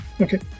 Okay